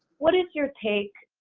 what is your take,